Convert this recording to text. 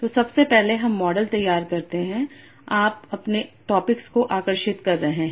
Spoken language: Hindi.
तो सबसे पहले हम मॉडल तैयार करते हैं आप अपने टॉपिक्स को आकर्षित कर रहे हैं